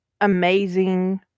amazing